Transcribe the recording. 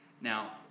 Now